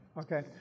okay